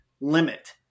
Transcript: limit